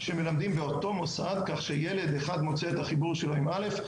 שמלמדים באותו מוסד כך שילד אחד מוצא את החיבור שלו עם א',